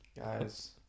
Guys